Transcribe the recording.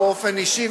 באופן אישי,